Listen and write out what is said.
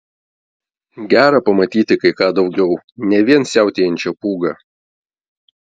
gera pamatyti kai ką daugiau ne vien siautėjančią pūgą